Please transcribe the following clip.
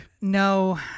No